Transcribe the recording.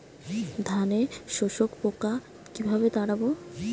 ধানে শোষক পোকা কিভাবে তাড়াব?